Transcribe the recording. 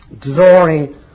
glory